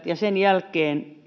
ja sen jälkeen